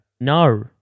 No